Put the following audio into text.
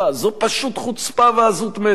זאת פשוט חוצפה ועזות מצח.